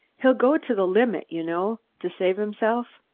he'll go to the limit, you know, to save himself.